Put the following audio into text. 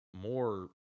more